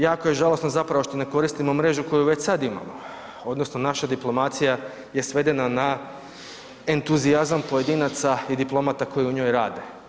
Jako je žalosno što ne koristimo mrežu koju već sad imamo odnosno naša diplomacija je svedena na entuzijazam pojedinaca i diplomata koji u njoj rade.